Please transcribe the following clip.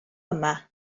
yma